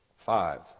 Five